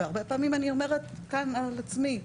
והרבה פעמים אני אומרת גם על עצמי,